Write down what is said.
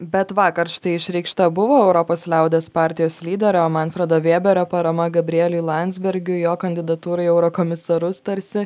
bet vakar štai išreikšta buvo europos liaudies partijos lyderio manfredo vėberio parama gabrieliui landsbergiui jo kandidatūrai į eurokomisarus tarsi